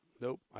Nope